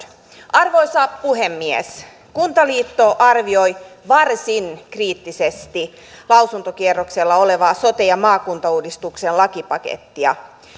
arvoisa puhemies kuntaliitto arvioi varsin kriittisesti lausuntokierroksella olevaa sote ja maakuntauudistuksen lakipakettia